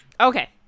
Okay